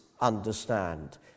understand